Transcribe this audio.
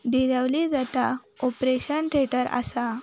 डिरवली जाता operation theatre आसा